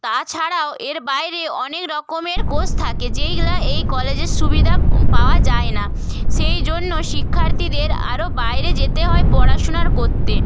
তাছাড়াও এর বাইরে অনেক রকমের কোর্স থাকে যেইগুলা এই কলেজের সুবিধা পাওয়া যায় না সেই জন্য শিক্ষার্থীদের আরও বাইরে যেতে হয় পড়াশুনার করতে